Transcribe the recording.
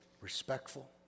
respectful